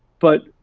but,